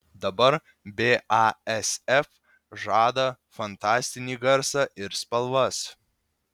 dabar basf žada fantastinį garsą ir spalvas